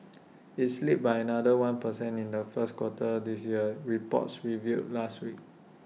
IT slipped by another one per cent in the first quarter this year reports revealed last week